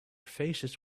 faces